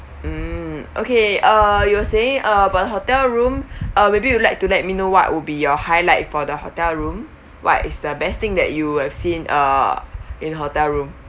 mm okay uh you were saying uh about hotel room uh maybe you'd like to let me know what would be your highlight for the hotel room what is the best thing that you have seen uh in hotel room